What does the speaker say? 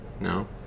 no